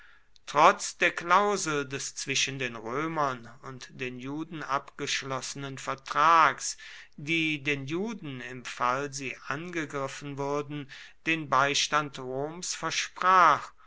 trotz der klausel des zwischen den römern und den juden abgeschlossenen vertrags die den juden im fall sie angegriffen würden den beistand roms versprach